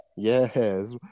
Yes